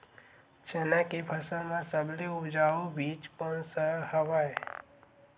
चना के फसल म सबले उपजाऊ बीज कोन स हवय?